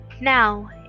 Now